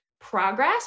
progress